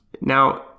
Now